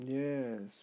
yes